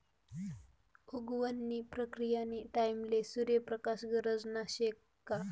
उगवण नी प्रक्रीयानी टाईमले सूर्य प्रकाश गरजना शे का